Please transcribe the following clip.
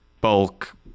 bulk